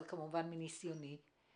הנחיות למנהלי המחוזות מתי צריך להפעיל את זה